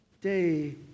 Day